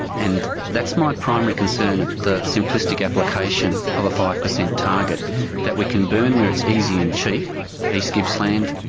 and that's my primary concern at the simplistic application of a five per cent target that we can burn where it's easy and cheap east so gippsland,